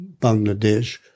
Bangladesh